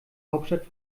hauptstadt